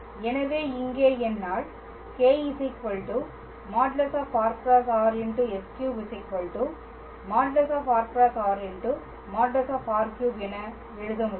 எனவே இங்கே என்னால் κ |r×r| s3 |r×r| |r|3 என எழுத முடியும்